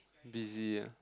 busy ya